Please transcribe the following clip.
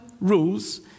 rules